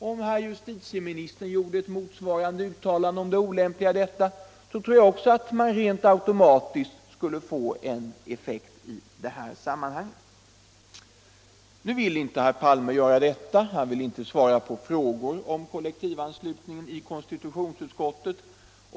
Om herr justitieministern gjorde ett motsvarande uttalande om det olämpliga i kollektivanslutningen, tror jag också att man skulle få en effekt i detta sammanhang. : Nu vill inte herr Palme göra detta. Han vill inte svara på frågor i konstitutionsutskottet om kollektivanslutningen.